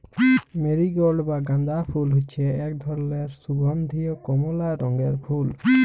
marigold বা গাঁদা ফুল হচ্যে এক ধরলের সুগন্ধীয় কমলা রঙের ফুল